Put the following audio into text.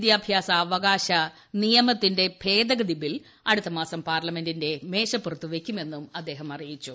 വിദ്യാഭ്യാസ അവകാശ ആക്ടിന്റെ ഭേദഗതി ബിൽ അടുത്ത മാസം പാർലമെന്റിന്റെ മേശപ്പുറത്തുവയ്ക്കുമെന്ന് അദ്ദേഹം അറിയിച്ചു